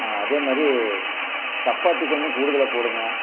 அதேமாதிரி சப்பாத்தி கொஞ்சம் கூடுதலாக போடுங்கள்